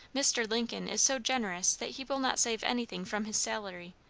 mr. lincoln is so generous that he will not save anything from his salary,